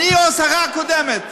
אני או השרה הקודמת?